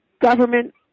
government